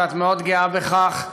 ואת מאוד גאה בכך,